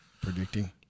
predicting